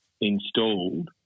installed